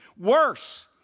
Worse